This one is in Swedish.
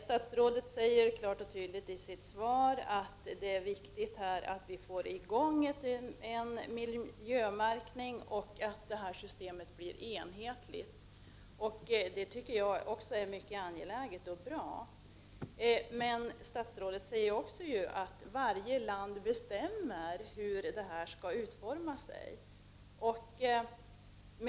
Statsrådet säger klart och tydligt i sitt svar att det är viktigt att vi får i gång en miljömärkning och att systemet blir enhetligt. Även enligt min mening är det angeläget, men statsrådet säger också att varje land skall bestämma utformningen.